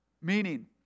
Meaning